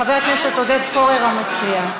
חבר הכנסת עודד פורר, המציע.